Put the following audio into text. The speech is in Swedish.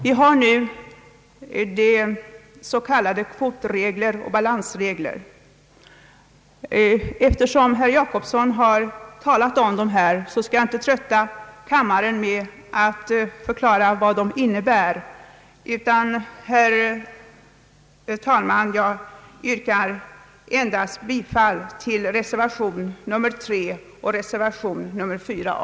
Vi har nu dels den s.k. kvotregeln, dels balansregeln. Eftersom herr Per Jacobsson har talat om dessa regler skall jag inte trötta kammarens ledamöter med att förklara vad de innebär. Jag vill, herr talman, endast yrka bifall till reservation 3 och reservation 4a.